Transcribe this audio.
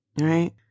right